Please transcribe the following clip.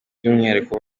by’umwihariko